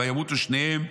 וימותו שניהם.